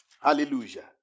Hallelujah